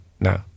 No